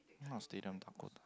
not Stadium Dakota